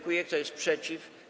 Kto jest przeciw?